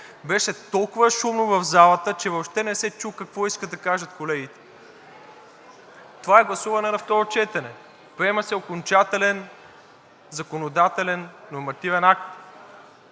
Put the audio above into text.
беше толкова шумно в залата, че въобще не се чу какво искат да кажат колегите. Това е гласуване на второ четене. Приема се окончателен законодателен нормативен акт.